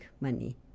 money